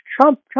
Trump